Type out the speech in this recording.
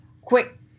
quick